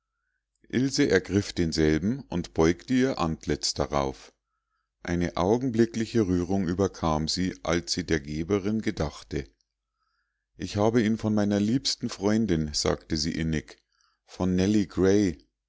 ilse ergriff denselben und beugte ihr antlitz darauf eine augenblickliche rührung überkam sie als sie der geberin gedachte ich habe ihn von meiner liebsten freundin sagte sie innig von